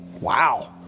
Wow